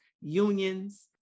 unions